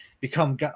become